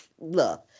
look